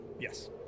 Yes